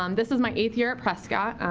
um this is my eighth year at prescott.